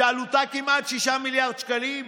שעלותה כמעט 6 מיליארד שקלים.